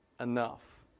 enough